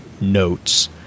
notes